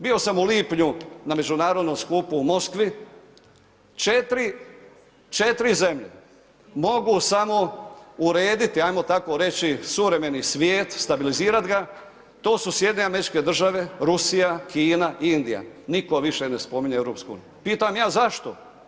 Bio sam u lipnju na međunarodnom skupu u Moskvi, 4, 4 zemlje mogu samo urediti, ajmo tako urediti, suvremeni svijet, stabilizirat ga, to su SAD, Rusija, Kina, Indija, niko više ne spominje EU, pitam ja zašto?